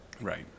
Right